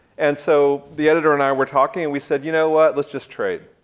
and so the editor and i were talking, and we said you know what let's just trade.